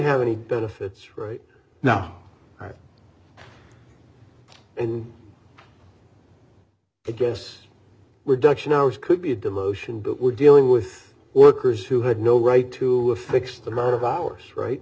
have any benefits right now and i guess we're duction hours could be a demotion but we're dealing with workers who had no right to a fixed amount of hours right